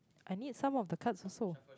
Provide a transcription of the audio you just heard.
I need some of the cards also